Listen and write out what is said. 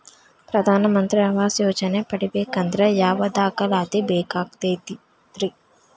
ಪ್ರಧಾನ ಮಂತ್ರಿ ಆವಾಸ್ ಯೋಜನೆ ಪಡಿಬೇಕಂದ್ರ ಯಾವ ದಾಖಲಾತಿ ಬೇಕಾಗತೈತ್ರಿ?